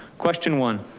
question one,